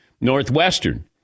Northwestern